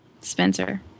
Spencer